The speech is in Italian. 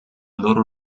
loro